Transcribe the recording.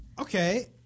Okay